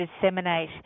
disseminate